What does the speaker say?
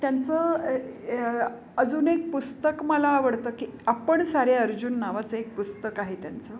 त्यांचं अजून एक पुस्तक मला आवडतं की आपण सारे अर्जुन नावाचं एक पुस्तक आहे त्यांचं